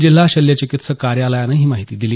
जिल्हा शल्यचिकित्सक कार्यालयानं ही माहिती दिली